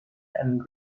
and